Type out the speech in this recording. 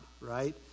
right